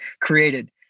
created